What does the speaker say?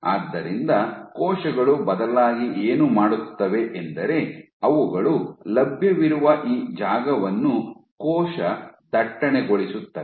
ಆದ್ದರಿಂದ ಕೋಶಗಳು ಬದಲಾಗಿ ಏನು ಮಾಡುತ್ತವೆ ಎಂದರೆ ಅವುಗಳು ಲಭ್ಯವಿರುವ ಈ ಜಾಗವನ್ನು ಕೋಶ ದಟ್ಟಣೆಗೊಳಿಸುತ್ತವೆ